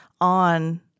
on